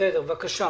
וכרגע